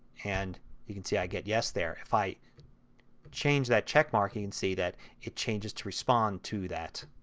and you can see i get yes there. if i change that checkmark you can see that it changes to respond to that